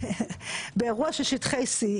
באירוע של שטחי C,